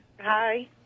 Hi